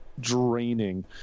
draining